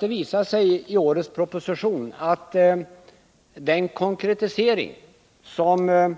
Det visar sig i årets proposition att den konkretisering som